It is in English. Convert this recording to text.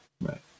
Right